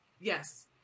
Yes